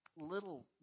little